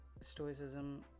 stoicism